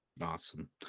Awesome